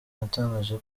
yatangaje